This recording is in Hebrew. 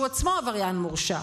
שהוא עצמו עבריין מורשע.